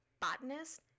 botanist